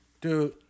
Dude